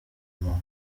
mont